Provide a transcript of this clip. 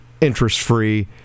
interest-free